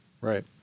Right